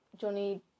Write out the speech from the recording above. Johnny